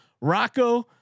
Rocco